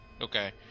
Okay